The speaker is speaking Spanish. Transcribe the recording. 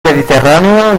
mediterráneo